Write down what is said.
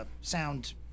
sound